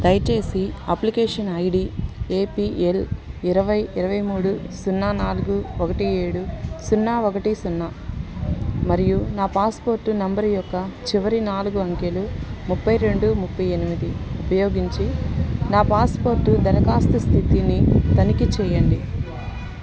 దయచేసి application ID APL ఇరవై ఇరవై మూడు సున్నా నాలుగు ఒకటి ఏడు సున్నా ఒకటి సున్నామరియు నా పాస్పోర్ట్ నంబర్ యొక్క చివరి నాలుగు అంకెలు ముప్పై రెండు ముప్పై ఎనిమిది ఉపయోగించి నా పాస్పోర్ట్ దరఖాస్తు స్థితిని తనిఖీ చేయండి